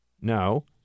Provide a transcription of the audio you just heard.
No